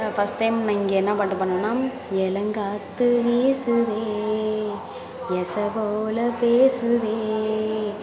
first time நான் இங்கே என்ன பாட்டு பாடினேனா